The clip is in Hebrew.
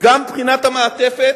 גם מבחינת המעטפת,